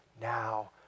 now